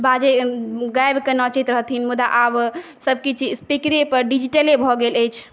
बाजि गाबिकऽ नाचैत रहथिन मुदा आब सबकिछु स्पीकरेपर डिजिटले भऽ गेल अछि